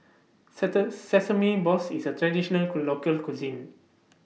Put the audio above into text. Sesame Balls IS A Traditional Local Cuisine